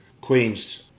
queen's